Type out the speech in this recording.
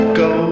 go